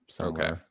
Okay